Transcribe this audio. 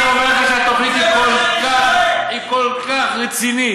אני אומר לכם שהתוכנית היא כל כך רצינית,